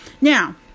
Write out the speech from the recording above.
Now